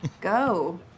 Go